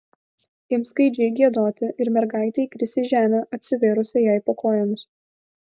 ims gaidžiai giedoti ir mergaitė įkris į žemę atsivėrusią jai po kojomis